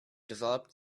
developed